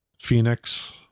phoenix